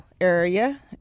area